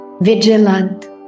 vigilant